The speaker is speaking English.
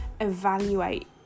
evaluate